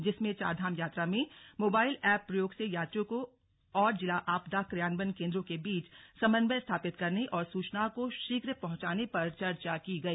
जिसमें चारधाम यात्रा में मोबाइल एप प्रयोग से यात्रियों और जिला आपदा क्रियान्वयन केंद्रों के बीच समन्वय स्थापित करने और सूचनाओं को शीघ्र पहुंचाने पर चर्चा की गई